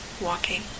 walking